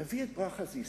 נביא את ברכה זיסר,